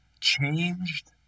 changed